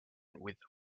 with